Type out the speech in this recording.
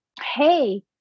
hey